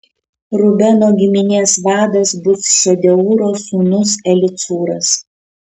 rubeno giminės vadas bus šedeūro sūnus elicūras